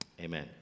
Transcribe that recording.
amen